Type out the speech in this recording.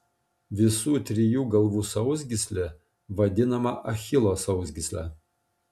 visų trijų galvų sausgyslė vadinama achilo sausgysle